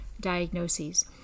diagnoses